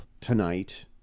tonight